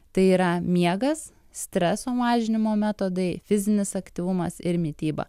tai yra miegas streso mažinimo metodai fizinis aktyvumas ir mityba